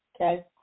Okay